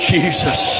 Jesus